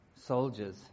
soldiers